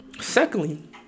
Secondly